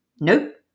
Nope